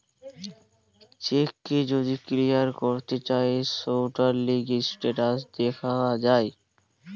check কে যদি clear করতে চায় সৌটার লিগে স্টেটাস দেখা যায়